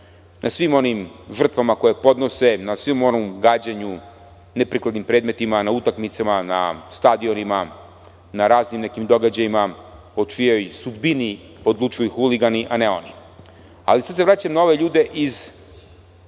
na svim onim žrtvama koje podnose, na gađanju neprikladnim predmetima na utakmicama, na stadionima, na raznim događajima, o čijoj sudbini odlučuju huligani a ne oni. Sada se vraćam na ove ljude,